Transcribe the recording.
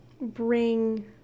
bring